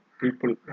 people